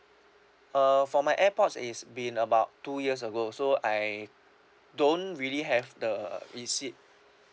uh for my airpods it's been about two years ago so I don't really have the receipt